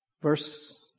Verse